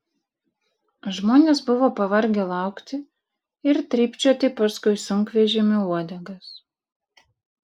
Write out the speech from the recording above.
žmonės buvo pavargę laukti ir trypčioti paskui sunkvežimių uodegas